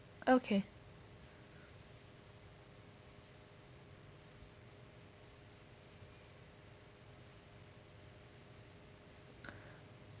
okay